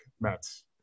Mets